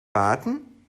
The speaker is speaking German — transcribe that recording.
warten